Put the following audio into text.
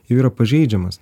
jau yra pažeidžiamas